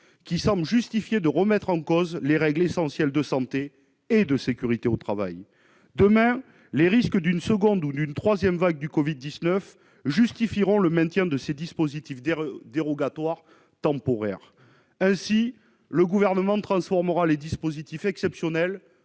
qui justifierait de remettre en cause les règles essentielles de santé et de sécurité au travail. Demain, les risques d'une seconde ou d'une troisième vague de Covid-19 justifieront le maintien de ces dispositifs dérogatoires temporaires. Ainsi le Gouvernement transformera-t-il des dispositifs exceptionnels